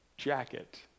Jacket